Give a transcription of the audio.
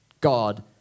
God